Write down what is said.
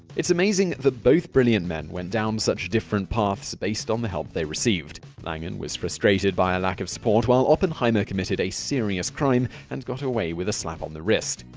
it's amazing that both brilliant men went down such different paths based on the help they received. langan was frustrated by a lack of support, while oppenheimer committed a serious crime and got away with a slap on the wrist.